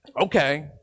okay